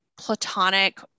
platonic